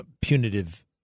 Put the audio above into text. punitive